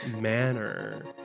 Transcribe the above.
manner